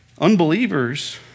unbelievers